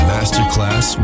Masterclass